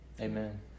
Amen